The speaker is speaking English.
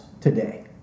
today